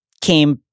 came